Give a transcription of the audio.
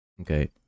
Okay